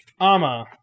Ama